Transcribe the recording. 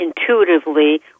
intuitively